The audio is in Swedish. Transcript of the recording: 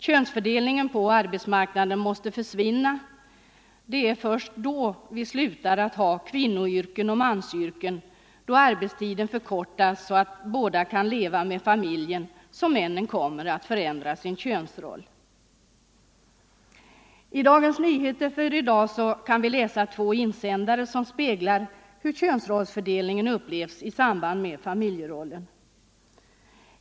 Könsfördelningen på arbetsmarknaden måste försvinna. Det är först då vi slutar att ha kvinnoyrken och mansyrken, då arbetstiden förkortas så att båda kan leva med familjen som männen kommer att förändra sin könsroll. I Dagens Nyheter för i dag kan vi läsa två insändare, som speglar hur könsrollsfördelningen upplevs i samband med familjerollen.